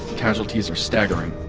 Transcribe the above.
casualties are staggering